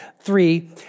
three